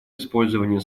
использования